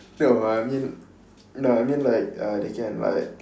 no I mean no I mean like uh they can like